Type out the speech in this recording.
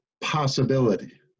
possibility